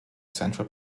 central